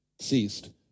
ceased